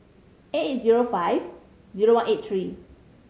eight eight zero five zero one eight three